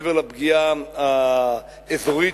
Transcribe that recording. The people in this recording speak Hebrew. מעבר לפגיעה האזורית,